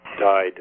died